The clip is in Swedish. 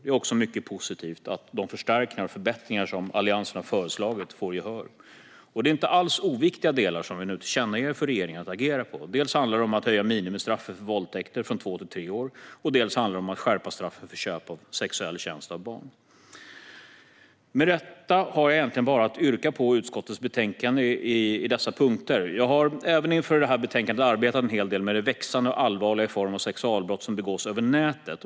Det är också mycket positivt att de förstärkningar och förbättringar som Alliansen har föreslagit får gehör. Det är inte alls oviktiga delar som vi nu tillkännager att regeringen ska agera på. Dels handlar det om att höja minimistraffen för våldtäkter från två till tre år, dels handlar det om att skärpa straffen för köp av sexuell tjänst av barn. Med detta har jag egentligen bara att yrka bifall till förslaget i utskottets betänkande under dessa punkter. Jag har även inför detta betänkande arbetat en hel del med det växande och allvarliga problemet med sexualbrott som begås över nätet.